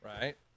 right